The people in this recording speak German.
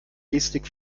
gestik